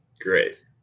great